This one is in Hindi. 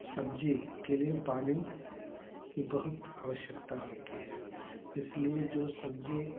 सब्जी के लिए पानी की बहुत आवश्यकता होती है इसलिए जो सब्जी